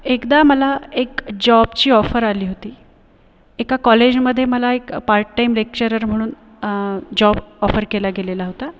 एकदा मला एक जॉबची ऑफर आली होती एका कॉलेजमध्ये मला एक पार्ट टाइम लेक्चरर म्हणून जॉब ऑफर केला गेलेला होता